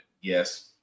Yes